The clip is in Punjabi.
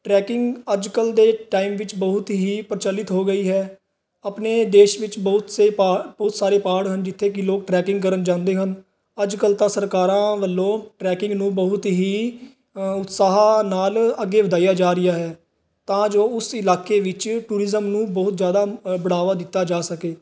ਟਰੈਕਿੰਗ ਅੱਜ ਕੱਲ੍ਹ ਦੇ ਟਾਈਮ ਵਿੱਚ ਬਹੁਤ ਹੀ ਪ੍ਰਚਲਿਤ ਹੋ ਗਈ ਹੈ ਆਪਣੇ ਦੇਸ਼ ਵਿੱਚ ਬਹੁਤ ਸੇ ਪਾ ਬਹੁਤ ਸਾਰੇ ਪਹਾੜ ਹਨ ਜਿੱਥੇ ਕਿ ਲੋਕ ਟਰੈਕਿੰਗ ਕਰਨ ਜਾਂਦੇ ਹਨ ਅੱਜ ਕੱਲ੍ਹ ਤਾਂ ਸਰਕਾਰਾਂ ਵੱਲੋਂ ਟਰੈਕਿੰਗ ਨੂੰ ਬਹੁਤ ਹੀ ਉਤਸ਼ਾਹ ਨਾਲ ਅੱਗੇ ਵਧਾਇਆ ਜਾ ਰਿਹਾ ਹੈ ਤਾਂ ਜੋ ਉਸ ਇਲਾਕੇ ਵਿੱਚ ਟੂਰਿਜ਼ਮ ਨੂੰ ਬਹੁਤ ਜ਼ਿਆਦਾ ਬੜਾਵਾ ਦਿੱਤਾ ਜਾ ਸਕੇ